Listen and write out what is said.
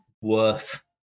worth